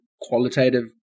qualitative